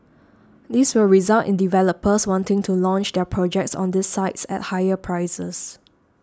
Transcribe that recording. this will result in developers wanting to launch their projects on these sites at higher prices